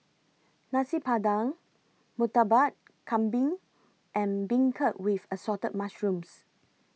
Nasi Padang Murtabak Kambing and Beancurd with Assorted Mushrooms